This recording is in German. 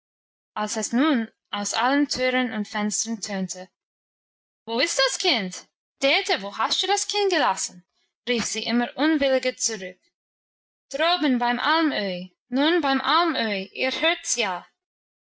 aus allen türen und fenstern tönte wo ist das kind dete wo hast du das kind gelassen rief sie immer unwilliger zurück droben beim alm öhi nun beim alm öhi ihr hört's ja